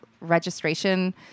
registration